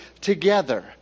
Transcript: together